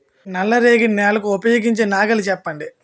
నల్ల రేగడి నెలకు ఉపయోగించే నాగలి చెప్పండి?